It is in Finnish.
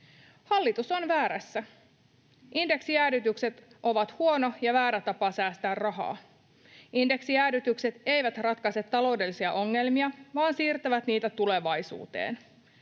Hallitus on väärässä: Indeksijäädytykset ovat huono ja väärä tapa säästää rahaa. Indeksijäädytykset eivät ratkaise taloudellisia ongelmia vaan siirtävät niitä tulevaisuuteen.